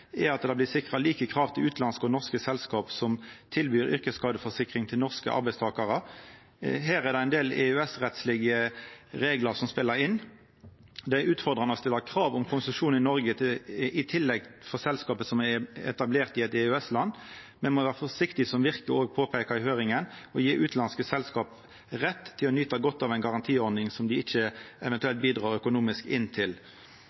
sikra like krav til utanlandske og norske selskap som tilbyr yrkesskadeforsikring til norske arbeidstakarar. Her er det ein del EØS-rettslege reglar som spelar inn. Det er utfordrande å stilla krav om konsesjon i Noreg, også for selskap som er etablerte i eit EØS-land. Me må vera forsiktig med, som Virke påpeika i høyringa, å gje utanlandske selskap rett til å nyta godt av ei garantiordning som dei eventuelt ikkje bidrar økonomisk til.